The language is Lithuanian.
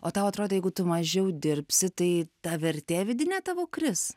o tau atrodė jeigu tu mažiau dirbsi tai ta vertė vidinė tavo kris